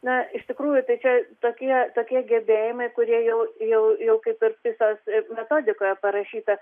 na iš tikrųjų tai čia tokie tokie gebėjimai kurie jau jau jau kaip ir pisos metodikoje parašyta